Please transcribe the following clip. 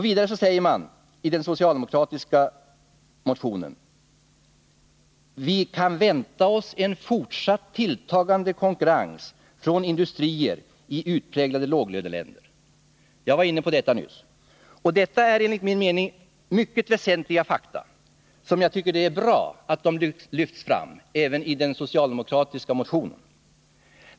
Vidare säger man i den socialdemokratiska motionen, vilket jag var inne på nyss: ”Vi har dessutom anledning att vänta oss en fortsatt tilltagande konkurrens från industrier i utpräglade låglöneländer.” Detta är mycket väsentliga fakta, och jag tycker det är bra att de lyfts fram även i den socialdemokratiska motionen.